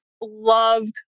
loved